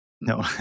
No